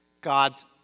God's